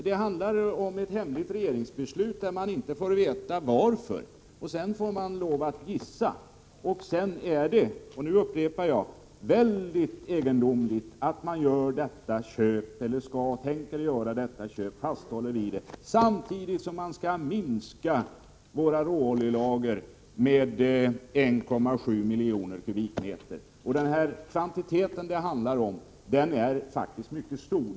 Det handlar om ett hemligt regeringsbeslut, där vi inte får veta varför. Sedan får vi lov att gissa. Och jag upprepar att det är mycket egendomligt att man håller fast vid att man tänker göra detta köp, samtidigt som man skall minska våra råoljelager med 1,7 miljoner kubikmeter. Den kvantitet det handlar om är faktiskt mycket stor.